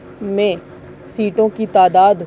میں سیٹوں کی تعداد